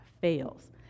fails